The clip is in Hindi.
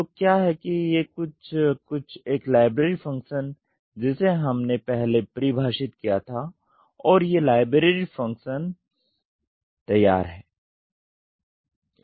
तो क्या है कि ये कुछ कुछ एक लाइब्रेरी फंक्शन जिसे हमने पहले परिभाषीत किया था और ये लाइब्रेरी फंक्शन तैयार हैं